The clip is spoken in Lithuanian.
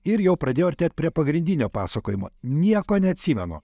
ir jau pradėjo artėt prie pagrindinio pasakojimo nieko neatsimenu